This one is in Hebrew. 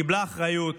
קיבלה אחריות,